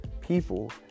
people